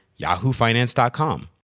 yahoofinance.com